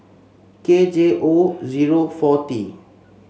K J O zero four T